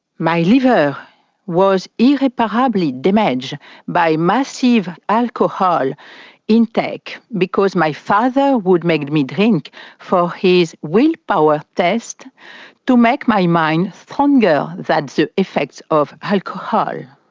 my liver was irreparably damaged by massive alcohol intake because my father would make me drink for his willpower test to make my mind stronger than the so effects of alcohol.